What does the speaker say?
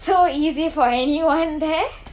so easy for anyone there